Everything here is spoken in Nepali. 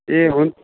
ए हुन्